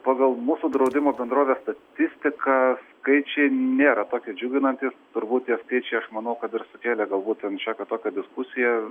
pagal mūsų draudimo bendrovės statistiką skaičiai nėra tokie džiuginantys turbūt tie skaičiai aš manau kad ir sukėlė galbūt šiokią tokią diskusiją